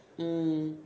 mm